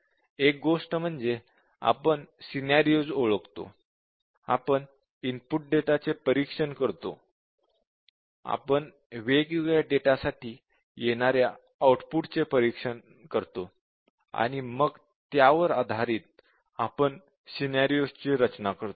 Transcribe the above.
एक गोष्ट म्हणजे आपण सिनॅरिओज ओळखतो आपण इनपुट डेटा चे परीक्षण करतो आपण वेगवेगळ्या डेटा साठी येणाऱ्या आउटपुट चे परीक्षण करतो आणि मग त्यावर आधारित आपण सिनॅरिओज ची रचना करतो